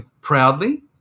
proudly